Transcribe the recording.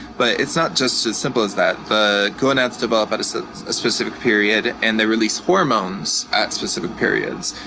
but, it's not just as simple as that. the gonads develop at a so specific period and they release hormones at specific periods.